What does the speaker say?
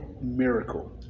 miracle